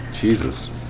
Jesus